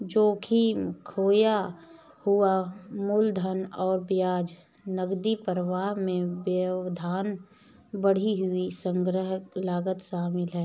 जोखिम, खोया हुआ मूलधन और ब्याज, नकदी प्रवाह में व्यवधान, बढ़ी हुई संग्रह लागत शामिल है